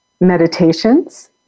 meditations